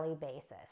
basis